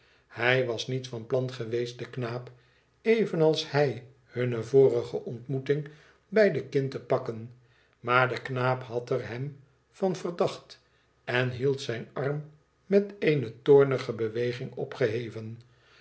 hij was niet van plan geweest den knaap evenals hij hunne vorige ontmoeting bij de kin te pakken maar de knaap had er hem van verdacht en hield zijn arm met eene toornige beweging opgeheven